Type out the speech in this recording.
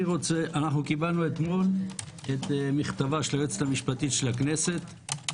קיבלנו אתמול את מכתבה של היועצת המשפטית של הכנסת,